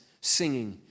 singing